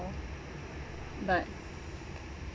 but